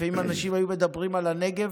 לפעמים אנשים היו מדברים על הנגב